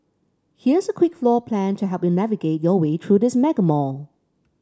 here's a quick floor plan to help you navigate your way through this mega mall